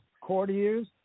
courtiers